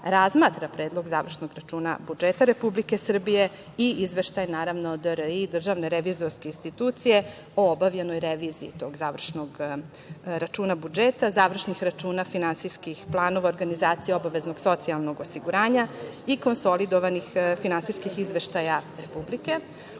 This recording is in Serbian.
razmatra Predlog završnog računa budžeta Republike Srbije i izveštaj, naravno, Državne revizorske institucije o obavljenoj reviziji tog završnog računa budžeta, završnih računa finansijskih planova, organizacija obaveznog socijalnog osiguranja i konsolidovanih finansijskih izveštaja Republike,